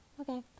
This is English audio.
Okay